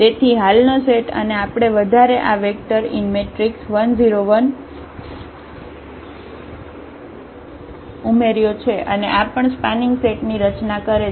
તેથી હાલનો સેટ અને આપણે વધારે આ વેક્ટર 1 0 1 ઉમેર્યો છે અને આ પણ સ્પાનિંગ સેટ ની રચના કરે છે